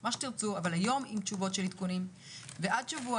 מה שתרצו אבל היום עם תשובות של עדכונים ועד שבוע